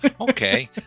okay